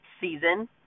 season